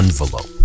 envelope